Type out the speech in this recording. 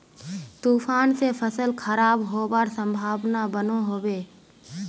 तूफान से फसल खराब होबार संभावना बनो होबे?